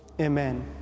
Amen